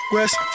West